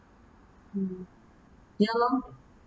hmm ya lor